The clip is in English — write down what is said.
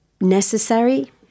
necessary